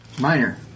Minor